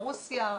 רוסיה,